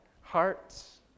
hearts